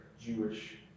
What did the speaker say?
Jewish